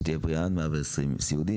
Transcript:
שתהיה בריאה עד 120 סיעודית,